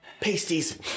Pasties